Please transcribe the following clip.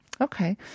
Okay